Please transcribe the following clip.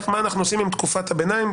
מה אנחנו עושים עם תקופת הביניים,